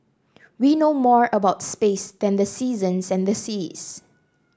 we know more about space than the seasons and the seas